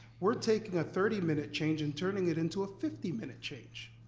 we're taking a thirty minute change and turning it into a fifty minute change.